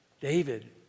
David